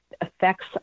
affects